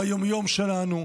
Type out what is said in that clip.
ביום-יום שלנו,